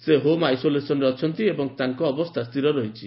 ସେ ହୋମ ଆଇସୋଲେନରେ ଅଛନ୍ତି ଏବଂ ତାଙ୍କ ଅବସ୍ଥା ସ୍ଥିର ରହିଛି